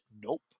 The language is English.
Nope